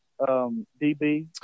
DB